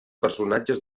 personatges